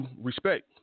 respect